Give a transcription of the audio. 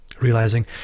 realizing